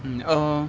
mm err